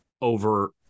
over